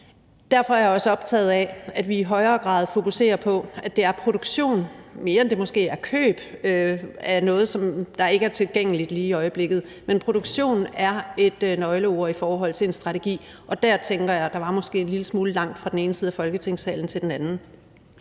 Derfor er jeg også optaget af, at vi i højere grad fokuserer på, at det er produktion, mere end det måske er køb af noget, som ikke er tilgængeligt lige i øjeblikket. Men produktion er et nøgleord i forhold til en strategi, og der tænker jeg, at der måske var en lille smule langt fra den ene side af Folketingssalen til den anden.